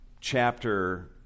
chapter